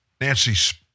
Nancy